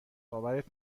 باورت